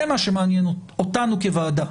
זה מה שמעניין אותנו כוועדה,